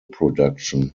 production